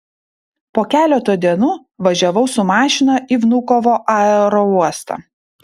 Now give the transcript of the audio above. po keleto dienų važiavau su mašina į vnukovo aerouostą